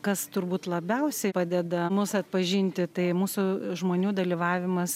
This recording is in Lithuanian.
kas turbūt labiausiai padeda mus atpažinti tai mūsų žmonių dalyvavimas